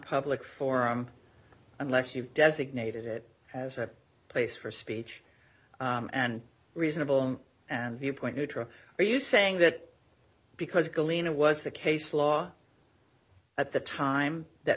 nonpublic forum unless you've designated it as a place for speech and reasonable and viewpoint neutral are you saying that because galina was the case law at the time that